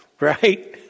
right